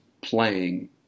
playing